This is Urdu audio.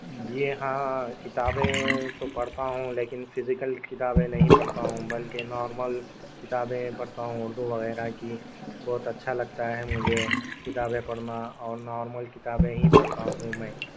جی ہاں کتابیں تو پڑھتا ہوں لیکن فزیکل کتابیں نہیں پڑھتا ہوں بلکہ نارمل کتابیں پڑھتا ہوں اردو وغیرہ کی بہت اچھا لگتا ہے مجھے کتابیں پڑھنا اور نارمل کتابیں ہی پڑھتا ہوں میں